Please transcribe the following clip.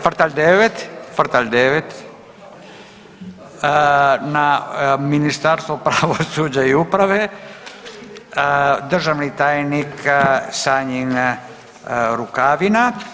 Frtalj 9, frtalj 9. Na Ministarstvo pravosuđa i uprave, državni tajnik Sanjin Rukavina.